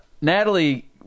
natalie